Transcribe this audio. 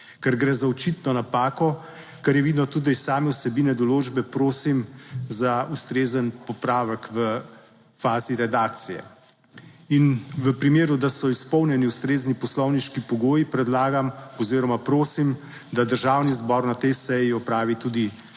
Ker gre za očitno napako, kar je vidno tudi iz same vsebine določbe, prosim za ustrezen popravek v fazi redakcije. In v primeru, da so izpolnjeni ustrezni poslovniški pogoji predlagam oziroma prosim, da Državni zbor na tej seji opravi tudi